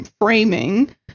framing